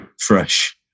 fresh